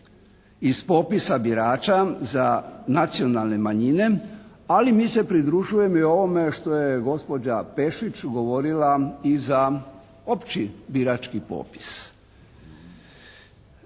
iz popisa birača za nacionalne manjine. Ali mi se pridružujemo i ovome što je gospođa Pešić govorila i za opći birački popis.